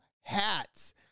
hats